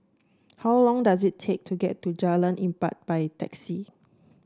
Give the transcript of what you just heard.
how long does it take to get to Jalan Empat by taxi